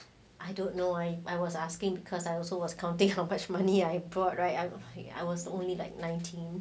I don't know why I was asking because I also was counting how much money I brought right I I was only like nineteen